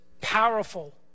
powerful